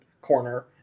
corner